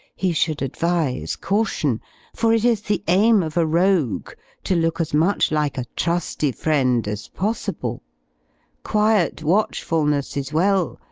he should advise caution for it is the aim of a rogue to look as much like a trusty friend as possible quiet watchfulness is well,